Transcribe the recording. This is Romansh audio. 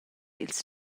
ils